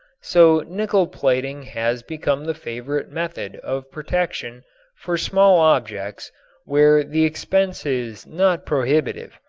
so nickel plating has become the favorite method of protection for small objects where the expense is not prohibitive.